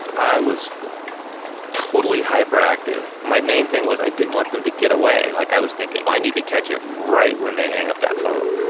i was totally hyperactive. my main thing was i didn't want them to get away. like i was thinking, i need to catch it right when they hang up that phone,